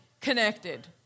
connected